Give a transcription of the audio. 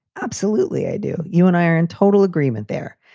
absolutely i do. you and i are in total agreement there.